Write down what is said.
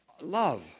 Love